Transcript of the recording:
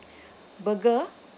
burger